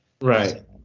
Right